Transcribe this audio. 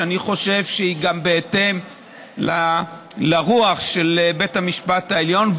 שאני חושב שהיא גם בהתאם לרוח של בית המשפט העליון,